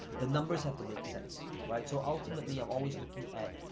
the numbers have to make sense, right? so ultimately, i'm always looking at,